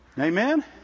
Amen